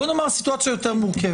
בואו ניקח סיטואציה אפילו יותר מורכבת: